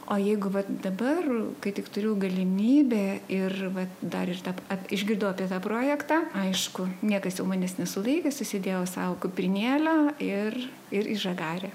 o jeigu vat dabar kai tik turiu galimybę ir vat dar ir tą išgirdau apie tą projektą aišku niekas jau manęs nesulaikė susidėjau sau kuprinėlę ir ir į žagarę